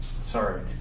Sorry